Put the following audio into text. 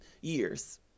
years